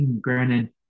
granted